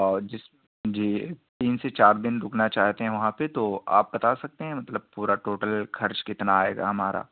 جس جی تین سے چار دن رکنا چاہتے ہیں وہاں پہ تو آپ بتا سکتے ہیں مطلب پورا ٹوٹل خرچ کتنا آئے گا ہمارا